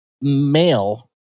male